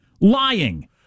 lying